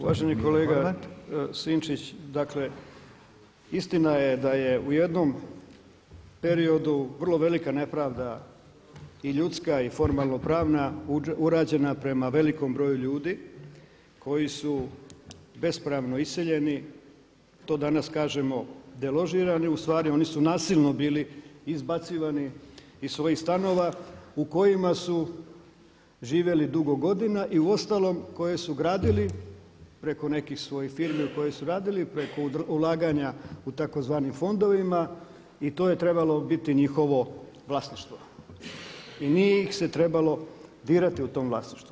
Uvaženi kolega Sinčić, dakle istina je da je u jednom periodu vrlo velika nepravda i ljudska i formalnopravna urađena prema velikom broju ljudi koji su bespravno iseljeni, to danas kažemo deložirani, ustvari oni su nasilno bili izbacivani iz svojih stanova u kojima su živjeli dugo godina i uostalom koje su gradili preko nekih svojih firmi preko ulaganja u tzv. fondovima i to je trebalo biti njihovo vlasništvo i nije ih se trebalo dirati u tom vlasništvu.